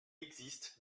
existe